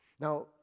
now